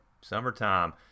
Summertime